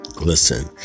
Listen